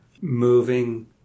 moving